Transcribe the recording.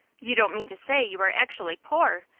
you don't mean to say you are actually poor?